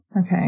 Okay